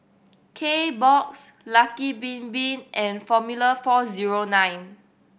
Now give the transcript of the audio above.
Kbox Lucky Bin Bin and Formula Four Zero Nine